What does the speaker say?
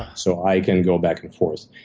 so i can go back and forth.